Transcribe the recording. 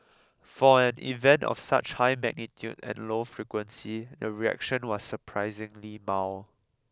for an event of such high magnitude and low frequency the reaction was surprisingly mild